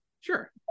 Sure